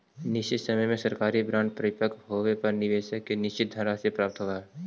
निश्चित समय में सरकारी बॉन्ड परिपक्व होवे पर निवेशक के निश्चित धनराशि प्राप्त होवऽ हइ